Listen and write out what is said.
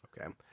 Okay